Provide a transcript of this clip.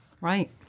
right